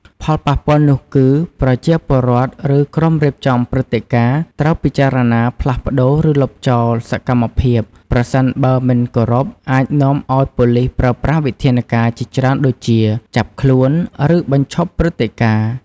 ផលប៉ះពាល់នោះគឺ ប្រជាពលរដ្ឋឬក្រុមរៀបចំព្រឹត្តិការណ៍ ត្រូវពិចារណាផ្លាស់ប្តូរឬលុបចោលសកម្មភាព ប្រសិនបើមិនគោរព អាចនាំឱ្យប៉ូលិសប្រើប្រាស់វិធានការជាច្រើនដូចជា ចាប់ខ្លួន ឬបញ្ឈប់ព្រឹត្តិការណ៍។